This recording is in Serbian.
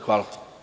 Hvala.